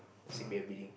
C P F building